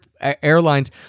airlines